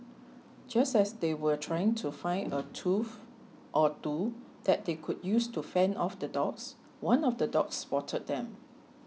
just as they were trying to find a tool or two that they could use to fend off the dogs one of the dogs spotted them